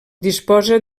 disposa